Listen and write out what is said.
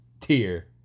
tier